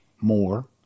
more